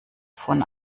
von